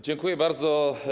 Dziękuję bardzo.